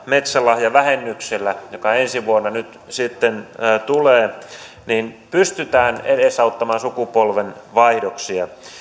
metsälahjavähennyksellä joka ensi vuonna nyt sitten tulee pystytään edesauttamaan sukupolvenvaihdoksia